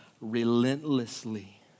relentlessly